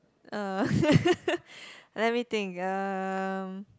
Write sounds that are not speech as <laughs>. uh <laughs> let me think uh